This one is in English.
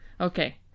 Okay